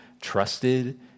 trusted